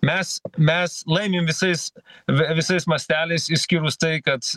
mes mes laimim visais ve visais masteliais išskyrus tai kad